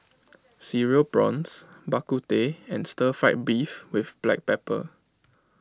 Cereal Prawns Bak Kut Teh and Stir Fried Beef with Black Pepper